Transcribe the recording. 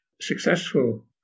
successful